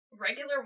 regular